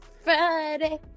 Friday